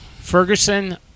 Ferguson